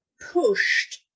pushed